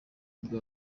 nibwo